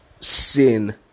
sin